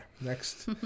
next